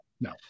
no